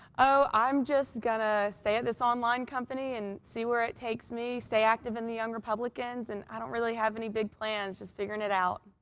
oh, i'm just going to stay at this online company and see where it takes me. stay active in the young republicans and i don't really have any big plans, just figuring it out.